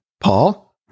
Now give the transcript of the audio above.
Paul